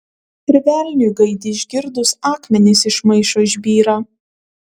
ir velniui gaidį išgirdus akmenys iš maišo išbyra